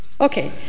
Okay